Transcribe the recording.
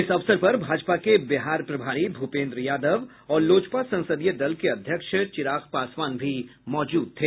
इस अवसर पर भाजपा के बिहार प्रभारी भूपेन्द्र यादव और लोजपा संसदीय दल के अध्यक्ष चिराग पासवान भी मौजूद थे